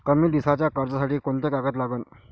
कमी दिसाच्या कर्जासाठी कोंते कागद लागन?